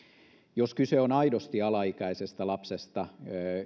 jos kyse on aidosti alaikäisestä lapsesta